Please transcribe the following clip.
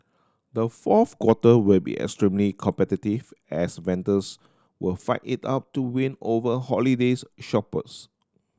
the fourth quarter will be extremely competitive as vendors will fight it out to win over holidays shoppers